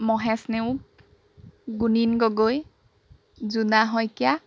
Mahesh Neog Gunin Gogoi Jona Saikia